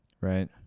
Right